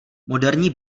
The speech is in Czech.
moderní